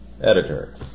editor